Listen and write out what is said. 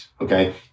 Okay